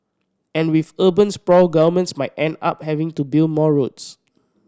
and with urban sprawl governments might end up having to build more roads